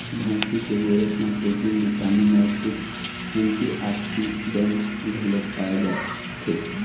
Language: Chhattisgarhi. भइसी के गोरस म प्रोटीन, बिटामिन अउ कुछ एंटीऑक्सीडेंट्स घलोक पाए जाथे